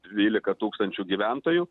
dvylika tūkstančių gyventojų